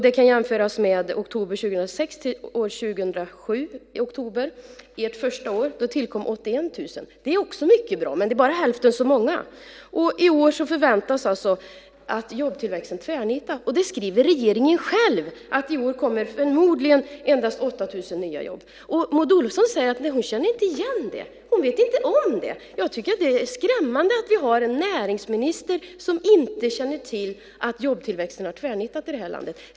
Det kan jämföras med oktober 2006 till oktober 2007, ert första år. Då tillkom 81 000. Det är också mycket bra, men det är bara hälften så många. I år förväntar man sig alltså att jobbtillväxten tvärnitar. Det skriver regeringen själv. I år kommer det förmodligen endast 8 000 nya jobb. Maud Olofsson säger att hon inte känner igen det. Hon vet inte om det. Jag tycker att det är skrämmande att vi har en näringsminister som inte känner till att jobbtillväxten har tvärnitat i det här landet.